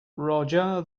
roger